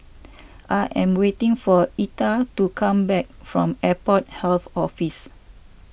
I am waiting for Etta to come back from Airport Health Office